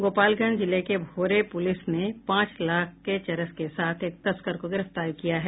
गोपालगंज जिले के भोरे पुलिस ने पांच लाख के चरस के साथ एक तस्कर को गिरफ्तार किया है